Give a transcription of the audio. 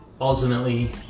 ultimately